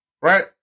Right